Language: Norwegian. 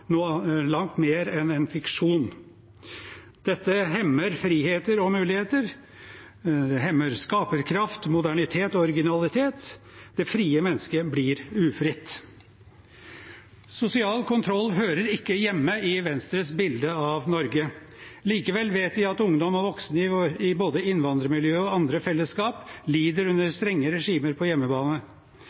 mer enn en fiksjon. Dette hemmer friheter og muligheter. Det hemmer skaperkraft, modernitet og originalitet. Det frie mennesket blir ufritt. Sosial kontroll hører ikke hjemme i Venstres bilde av Norge. Likevel vet vi at ungdom og voksne i innvandrermiljøer og andre fellesskap lider under strenge regimer på hjemmebane.